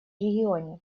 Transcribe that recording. регионе